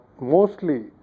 mostly